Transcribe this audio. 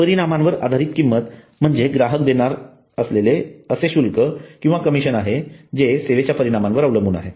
परिणामांवर आधारित किंमत म्हणजे ग्राहक देणार असलेले असे शुल्क किंवा कमिशन आहे जे सेवेच्या परिणामांवर अवलंबून आहे